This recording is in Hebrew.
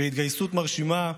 בהתגייסות מרשימה ומרגשת.